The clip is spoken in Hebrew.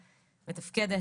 מתפקדת,